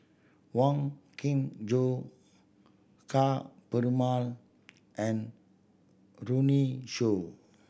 Wong Kin Jong Ka Perumal and Runme Shaw